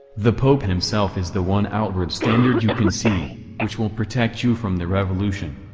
the pope himself is the one outward standard you can see, which will protect you from the revolution.